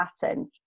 pattern